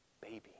baby